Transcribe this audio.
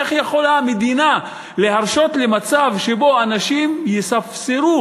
איך יכולה מדינה להרשות מצב שבו אנשים יספסרו